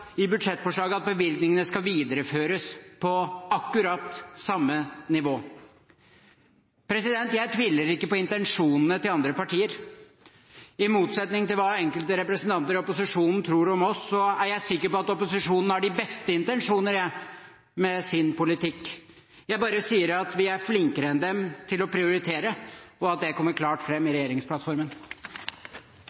bevilgningene skal videreføres på akkurat samme nivå. Jeg tviler ikke på intensjonene til andre partier. I motsetning til hva enkelte representanter i opposisjonen tror om oss, er jeg sikker på at opposisjonen har de beste intensjoner med sin politikk. Jeg sier bare at vi er flinkere enn dem til å prioritere, og at det kommer klart fram i regjeringsplattformen. Korleis vi organiserer sjukehusa våre, er underkommunisert som eit viktig demokrati-, fordelings- og verdispørsmål. I